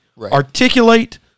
articulate